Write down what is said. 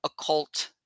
occult